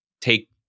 take